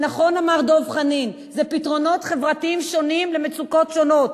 נכון אמר דב חנין: אלה פתרונות חברתיים שונים למצוקות שונות.